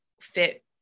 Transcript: fit